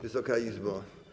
Wysoka Izbo!